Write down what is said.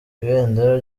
ibendera